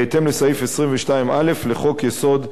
בהתאם לסעיף 22(א) לחוק-יסוד: